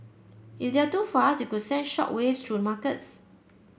if they're too fast it could send shock waves through markets